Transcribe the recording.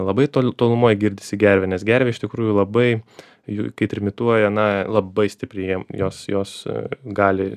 labai tol tolumoj girdisi gervė nes gervė iš tikrųjų labai jau kai trimituoja na labai stipriai jos jos gali